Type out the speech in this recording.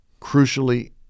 crucially